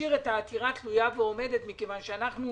השאיר את העתירה תלויה ועומדת מכיוון שאנחנו